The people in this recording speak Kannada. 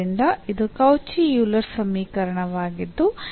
ಆದ್ದರಿಂದ ಇದು ಕೌಚಿ ಯೂಲರ್ ಸಮೀಕರಣವಾಗಿದ್ದು